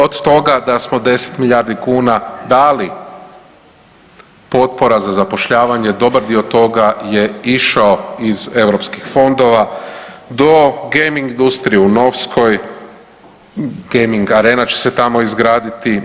Od toga da smo 10 milijardi kuna dali „potpora za zapošljavanje“, dobar dio toga je išao iz europskih fondova do gaming industrije u Novskoj, geming arena će se tamo izgraditi.